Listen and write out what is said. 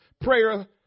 Prayer